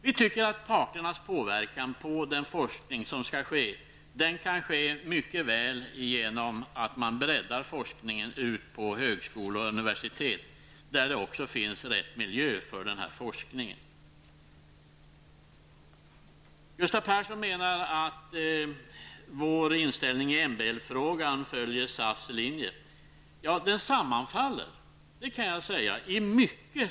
Vi tycker att parternas påverkan på forskningen mycket väl kan ske genom att man breddar forskningen ut på högskolor och universitet, där det också finns rätt miljö för denna forskning. Gustav Persson menar att vår inställning i MBL frågan följer SAFs linje. Ja, den sammanfaller i mycket.